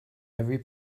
every